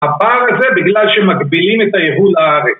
‫הפער הזה בגלל שמגבילים ‫את היבןא לארץ.